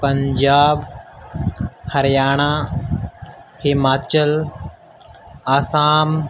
Punjab Haryana Himachal Assam